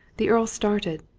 the earl started,